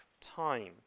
time